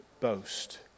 boast